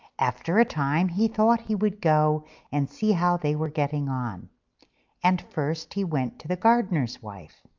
after a time he thought he would go and see how they were getting on and first he went to the gardener's wife.